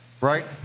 right